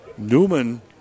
Newman